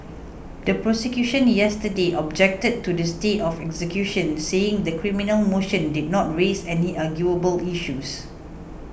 the prosecution yesterday objected to the stay of execution saying the criminal motion did not raise any arguable issues